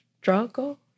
struggle